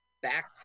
Back